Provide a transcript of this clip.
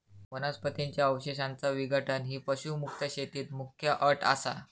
वनस्पतीं च्या अवशेषांचा विघटन ही पशुमुक्त शेतीत मुख्य अट असा